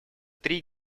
три